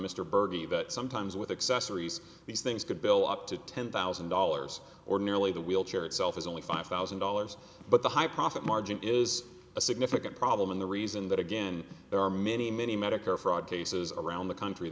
that sometimes with accessories these things could bill up to ten thousand dollars ordinarily the wheelchair itself is only five thousand dollars but the high profit margin is a significant problem and the reason that again there are many many medicare fraud cases around the country